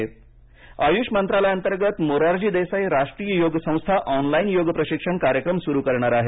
योग आयुष मंत्रालयांतर्गत मोरारजी देसाई राष्ट्रीय योग संस्था ऑनलाईन योग प्रशिक्षण कार्यक्रम सुरु करणार आहे